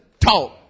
talk